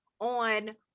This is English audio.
on